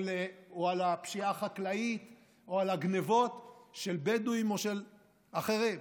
על הפשיעה החקלאית או על הגנבות של בדואים או של אחרים.